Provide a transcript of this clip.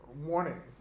warning